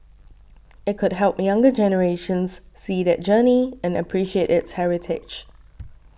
it could help younger generations see that journey and appreciate its heritage